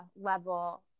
level